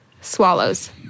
swallows